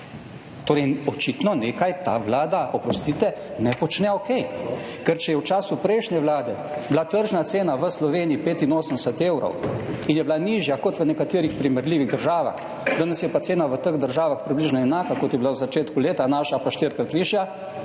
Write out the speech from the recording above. Torej, očitno nekaj ta Vlada, oprostite, ne počne okej. Ker če je v času prejšnje Vlade bila tržna cena v Sloveniji 85 evrov in je bila nižja kot v nekaterih primerljivih državah, danes je pa cena v teh državah približno enaka, kot je bila v začetku leta, naša pa štirikrat višja,